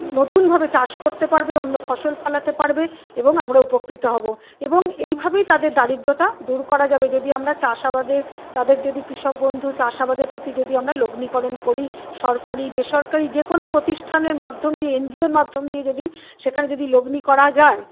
নতুনভাবে চাষ করতে পারবে অন্য ফসল ফলাতে পারবে এবং আমরা উপকৃত হবো এবং এইভাবেই তাদের দারিদ্রতা দূর করা যাবে যদি আমরা চাষাবাদে তাদের যদি কৃষক বন্ধু চাষাবাদের প্রতি যদি আমরা লগ্নিকরণ করি সরকারি বেসরকারি যেকোনো প্রতিষ্ঠানের মাধ্যম দিয়ে এনজিওর মাধ্যম দিয়ে যদি সেখানে যদি লগ্নি করা যায়